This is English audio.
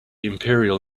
imperial